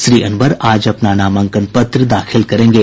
श्री अनवर आज अपना नामांकन पत्र दाखिल करेंगे